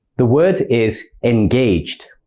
the word is engaged.